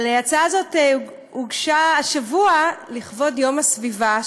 אבל ההצעה הזאת הוגשה השבוע לכבוד יום הסביבה,